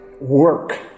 work